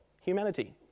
humanity